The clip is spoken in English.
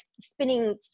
spinning